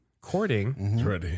courting